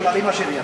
בבקשה.